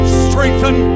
strengthen